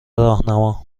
راهنما